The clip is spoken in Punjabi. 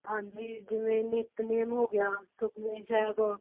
ਹਾਂਜੀ ਜਿਵੇਂ ਨਿਤਨੇਮ ਹੋ ਗਿਆ ਸੁਖਮਨੀ ਸਾਹਿਬ